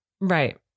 Right